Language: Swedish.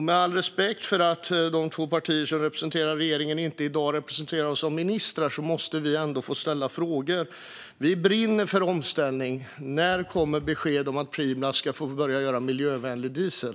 Med all respekt för att de två partier som representerar regeringen här i dag inte representeras av ministrar måste vi få ställa frågor. Vi brinner för omställning. När kommer besked om att Preemraff ska få börja göra miljövänlig diesel?